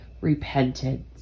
repentance